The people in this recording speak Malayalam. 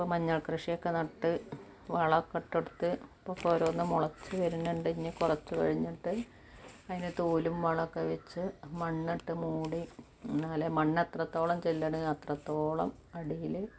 ഇപ്പോൾ മഞ്ഞൾ കൃഷിയൊക്കെ നട്ട് വളമൊക്കെ ഇട്ട് കൊടുത്ത് ഇപ്പം ഇപ്പം ഓരോന്ന് മുളച്ച് വരുന്നുണ്ട് ഇനി കുറച്ചു കഴിഞ്ഞിട്ട് അതിൻ്റെ തോലും വളമൊക്കെ വച്ച് മണ്ണിട്ട് മൂടി എന്നാലേ മണ്ണ് എത്രത്തോളം ചെല്ലണ് അത്രത്തോളം അടിയിൽ